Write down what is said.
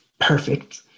perfect